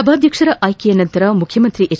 ಸಭಾಧ್ಯಕ್ಷರ ಆಯ್ಕೆಯ ನಂತರ ಮುಖ್ಯಮಂತ್ರಿ ಎಚ್